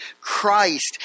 Christ